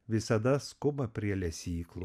visada skuba prie lesyklų